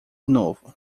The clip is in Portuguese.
novo